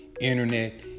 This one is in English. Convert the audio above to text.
internet